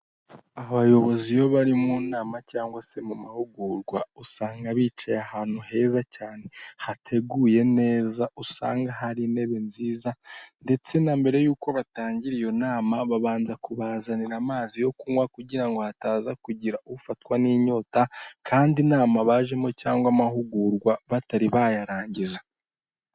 Abayobozi iyo bari mu nama cyangwa se mu mahugurwa usanga bicaye ahantu heza cyane hateguye neza, ushanga hari intebe nziza cyane ndetse na mbere y'uko batangira iyo nama babanza kubazanira amazi yo kunywa kugirango hataza kugira ufatwa n'inyota kandi inama bajemo cyangwa amahugurwa batari bayarangiza.